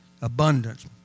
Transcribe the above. abundance